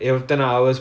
mm